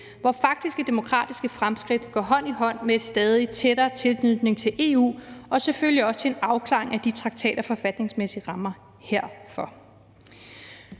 hvor faktiske demokratiske fremskridt går hånd i hånd med stadig tættere tilknytning til EU og selvfølgelig også en afklaring af de traktat- og forfatningsmæssige rammer herfor.